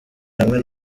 hamwe